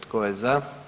Tko je za?